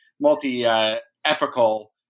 multi-epical